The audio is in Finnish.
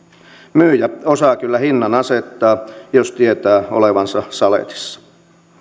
myyjä osaa kyllä hinnan asettaa jos tietää olevansa saletissa